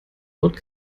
dort